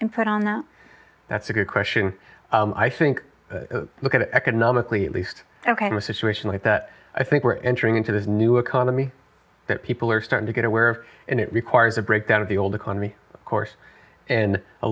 input on that that's a good question i think look at it economically at least ok to a situation like that i think we're entering into this new economy that people are starting to get aware of and it requires a breakdown of the old economy of course and a